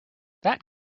that